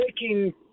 taking